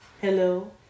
hello